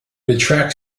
attracts